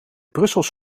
brussels